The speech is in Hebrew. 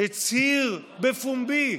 הצהיר בפומבי,